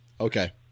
Okay